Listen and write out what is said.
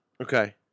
Okay